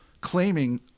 claiming